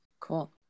Cool